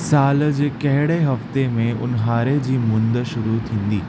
साल जे कहिड़े हफ़्ते में ऊन्हारे जी मुंदि शुरू थींदी